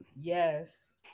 Yes